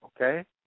okay